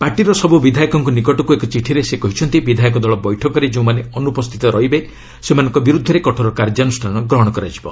ପାର୍ଟିର ସବୁ ବିଧାୟକଙ୍କ ନିକଟକୁ ଏକ ଚିଠିରେ ସେ କହିଛନ୍ତି ବିଧାୟକ ଦଳ ବୈଠକରେ ଯେଉଁମାନେ ଅନୁପସ୍ଥିତ ରହିବେ ସେମାନଙ୍କ ବିରୁଦ୍ଧରେ କଠୋର କାର୍ଯ୍ୟାନୁଷ୍ଠାନ ଗ୍ରହଣ କରାଯିବ